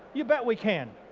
you bet we can.